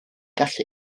gallu